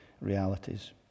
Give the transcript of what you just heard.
realities